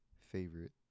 favorite